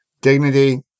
dignity